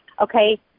okay